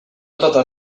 totes